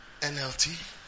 NLT